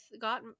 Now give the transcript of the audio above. got